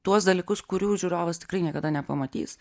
tuos dalykus kurių žiūrovas tikrai niekada nepamatys